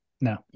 no